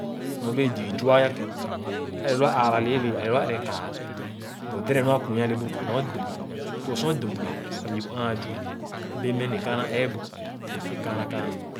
. Nɔr bẽẽ zii zua ã ké, ẽrẽ lõõ ã ããra lɛ̃ẽlẽẽ á ẽrẽ káánu but dɛdɛɛn nu ã kwi ale bu nɔr dum. So sor dum le sah myii bu ããn zua bẽe meh ne kããnà eebu e’ kããnà kããnà.